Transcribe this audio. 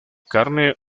carne